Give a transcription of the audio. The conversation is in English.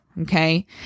Okay